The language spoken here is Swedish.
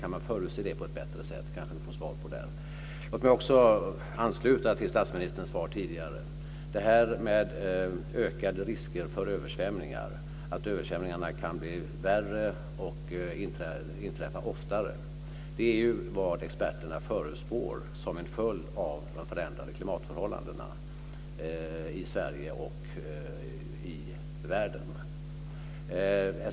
Kan man förutse det på ett bättre sätt? Det kan vi kanske få svar på. Låt mig också ansluta till statsministerns svar tidigare. Ökade risker för översvämningar och att översvämningarna kan bli värre och inträffa oftare är ju vad experterna förutspår som en följd av de förändrade klimatförhållandena i Sverige och i världen.